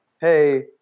hey